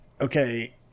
okay